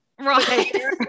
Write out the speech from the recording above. right